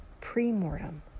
pre-mortem